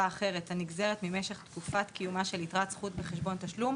אחרת הנגזרת ממשך תקופת קיומה של יתרת זכות בחשבון התשלום,